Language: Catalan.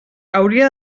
hauria